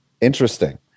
interesting